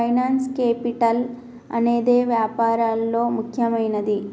finance capital అనేదే వ్యాపారాల్లో ముఖ్యమైనది